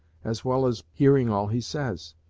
as well as hearing all he says.